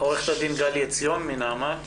עו"ד גלי עציון מנעמ"ת,